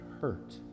hurt